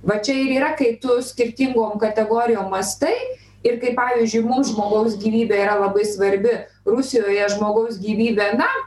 va čia ir yra kai tu skirtingom kategorijom mąstai ir kai pavyzdžiui mums žmogaus gyvybė yra labai svarbi rusijoje žmogaus gyvybė na